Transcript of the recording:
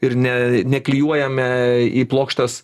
ir ne neklijuojame į plokštes